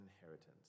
inheritance